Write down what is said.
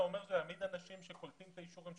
זה אומר להעמיד אנשים שקולטים את האישורים,